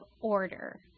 order